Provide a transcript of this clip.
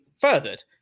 furthered